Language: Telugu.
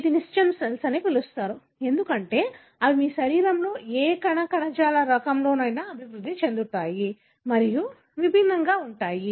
వీటిని స్టెమ్ సెల్స్ అని పిలుస్తారు ఎందుకంటే అవి మీ శరీరంలోని ఏ కణ కణజాల రకంలోనైనా అభివృద్ధి చెందుతాయి మరియు విభిన్నంగా ఉంటాయి